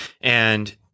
And-